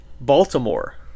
Baltimore